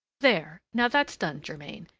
there! now that's done, germain!